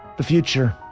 the future